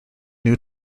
new